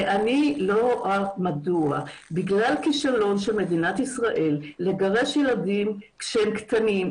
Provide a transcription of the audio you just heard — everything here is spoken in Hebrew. ואני לא רואה מדוע בגלל כישלון של מדינת ישראל לגרש ילדים כשהם קטנים,